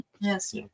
Yes